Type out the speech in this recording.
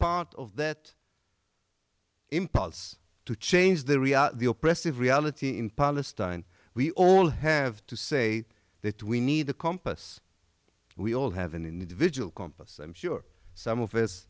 part of that impulse to change the reality the oppressive reality in palestine we all have to say that we need a compass we all have an individual compass i'm sure some of us